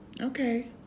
okay